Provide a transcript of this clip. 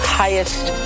highest